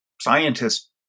scientists